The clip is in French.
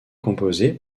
composée